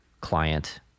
client